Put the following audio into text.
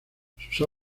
sus